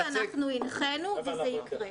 אנחנו הנחינו וזה יקרה.